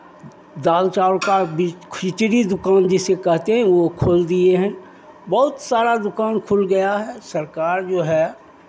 दाल चावल का खिचड़ी दुकान जिसे कहते हैं वो खोल दिए हैं बहुत सारा दुकान खुल गया है सरकार जो है